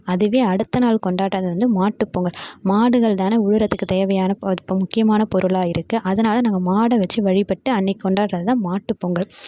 அதுவே அடுத்த நாள் கொண்டாடுறது வந்து மாட்டு பொங்கல் மாடுகள்தான் உழவுறதுக்கு தேவையான ஒரு முக்கியமான பொருளாக இருக்கு அதனால் நாங்கள் மாடை வச்சு வழிபட்டு அன்னைக்கி கொண்டாடுறதான் மாட்டு பொங்கல்